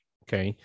okay